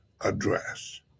address